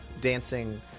dancing